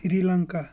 Sri Lanka